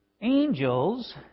Angels